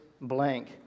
blank